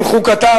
עם חוקתה,